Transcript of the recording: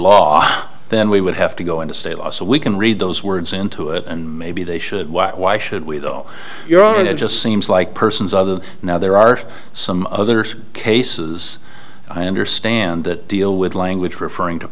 law then we would have to go into state law so we can read those words into it and maybe they should why should we though you're going to just seems like persons other now there are some other cases i understand that deal with language referring to